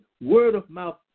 word-of-mouth